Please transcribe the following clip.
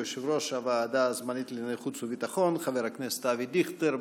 הוא יושב-ראש הוועדה הזמנית לענייני חוץ וביטחון חבר הכנסת אבי דיכטר.